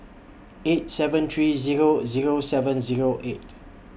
eight seven three Zero Zero seven Zero eight